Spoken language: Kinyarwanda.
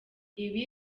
ibi